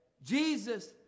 Jesus